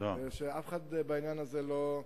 בעניין הזה,